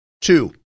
Two